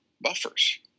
buffers